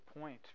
point